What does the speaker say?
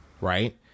right